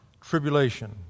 tribulation